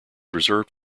reserved